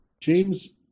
James